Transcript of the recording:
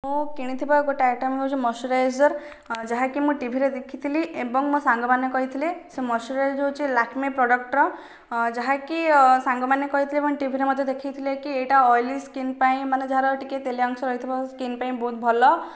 ମୁଁ କିଣିଥିବା ଗୋଟିଏ ଆଇଟମ୍ ହେଉଛି ମଇଶ୍ଚରାଇଜର୍ ଯାହାକି ମୁଁ ଟିଭି ରେ ଦେଖିଥିଲି ଏବଂ ମୋ ସାଙ୍ଗମାନେ କହିଥିଲେ ସେ ମଇଶ୍ଚରାଇଜର୍ ହେଉଛି ଲାକ୍ମେ ପ୍ରଡକ୍ଟ ର ଯାହାକି ସାଙ୍ଗମାନେ କହିଥିଲେ ଇଭେନ ଟିଭିରେ ମଧ୍ୟ ଦେଖାଇଥିଲେକି ଏଇଟା ଅଏଲି ସ୍କିନ ପାଇଁ ମାନେ ଯାହାର ଟିକିଏ ତେଲ ଅଂଶ ରହିଥିବା ସ୍କିନ ପାଇଁ ବହୁତ ଭଲ